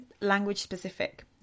language-specific